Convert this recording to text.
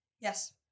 Yes